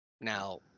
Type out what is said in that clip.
Now